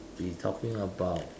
we talking about